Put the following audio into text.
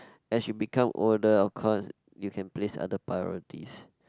as you become older of course you can place other priorities